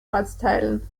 ortsteilen